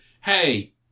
Hey